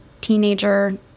teenager